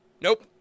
nope